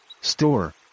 store